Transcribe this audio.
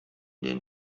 den